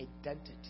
identity